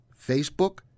Facebook